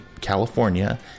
California